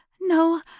No